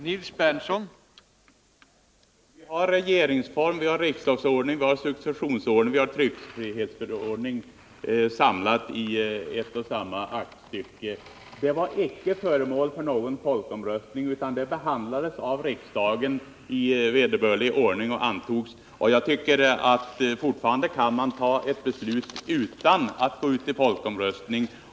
Herr talman! Vi har regeringsformen, riksdagsordningen, successionsordningen och tryckfrihetsförordningen samlade i ett och samma aktstycke. De var icke föremål för någon folkomröstning utan de behandlades av riksdagen i vederbörlig ordning och antogs. Jag tycker fortfarande att man kan fatta ett beslut utan att gå ut med en folkomröstning.